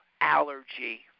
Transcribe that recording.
allergy